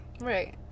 Right